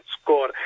score